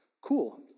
Cool